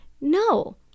No